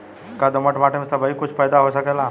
का दोमट माटी में सबही कुछ पैदा हो सकेला?